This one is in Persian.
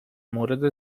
مورد